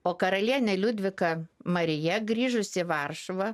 o karalienė liudvika marija grįžus į varšuvą